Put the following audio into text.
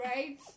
Right